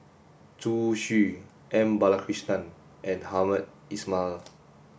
Zhu Xu M Balakrishnan and Hamed Ismail